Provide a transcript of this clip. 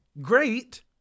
great